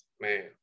Man